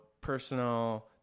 personal